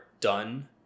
done